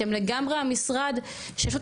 אתם לגמרי המשרד שיש לו